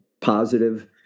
positive